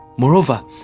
Moreover